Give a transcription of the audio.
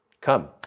come